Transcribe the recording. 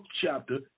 chapter